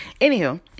Anywho